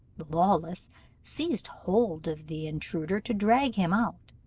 lawless seized hold of the intruder to drag him out,